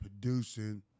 producing